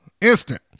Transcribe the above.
Instant